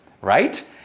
right